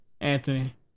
Anthony